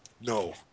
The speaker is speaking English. No